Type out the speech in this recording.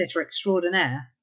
Extraordinaire